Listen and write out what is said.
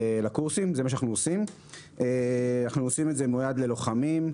זה מיועד ללוחמים,